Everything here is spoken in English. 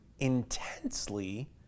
intensely